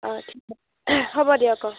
অঁ হ'ব দিয়ক অঁ